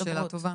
שאלה טובה.